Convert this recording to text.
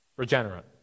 regenerate